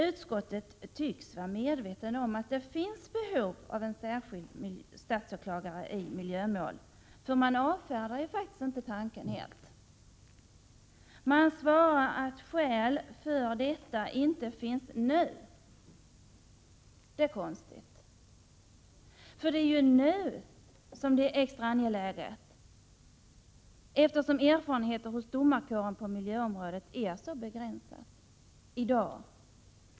Utskottet tycks vara medvetet om att det finns behov av en särskild statsåklagare för miljömål, för man avfärdar faktiskt inte tanken helt. Man svarar att skäl för detta inte finns nu. Det är konstigt. Det är ju nu som det är extra angeläget med en sådan här åklagare, eftersom erfarenheterna hos domarkåren på miljöområdet är så begränsade i dag.